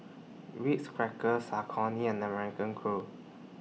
Ritz Crackers Saucony and American Crew